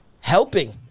helping